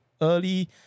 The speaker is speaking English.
early